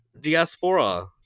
diaspora